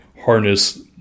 harness